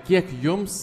kiek jums